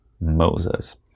Moses